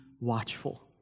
watchful